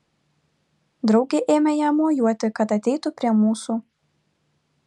draugė ėmė jam mojuoti kad ateitų prie mūsų